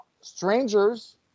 strangers